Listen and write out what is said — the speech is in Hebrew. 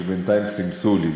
כי בינתיים סמסו לי,